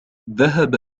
ذهب